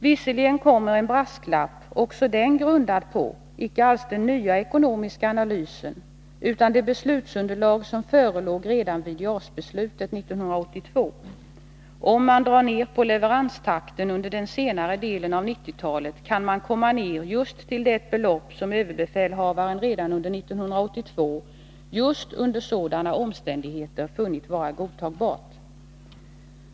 Visserligen kommer en brasklapp, också den grundad på icke alls den nya ekonomiska analysen utan det beslutsunderlag som förelåg redan vid JAS-beslutet 1982: Om man drar ner på leveranstakten under senare delen av 1990-talet, kan man komma ner just till det belopp som överbefälhavaren redan under 1982 just under sådana omständigheter funnit vara godtagbart.